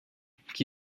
qui